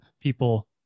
people